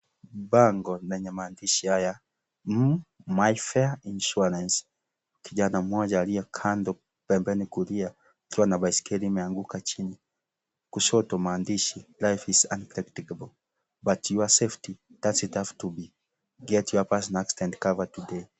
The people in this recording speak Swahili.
Bango lenye maandishi haya; m myfair insuarance kijana mmoja aliye kando pembeni kulia akiwa baisikeli imeanguka jini, kushoto maandishi 'life is unpredictable but your safety doesn't have to be get your personal accident today .